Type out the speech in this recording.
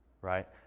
right